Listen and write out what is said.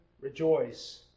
rejoice